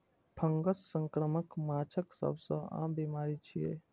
fungus संक्रमण माछक सबसं आम बीमारी छियै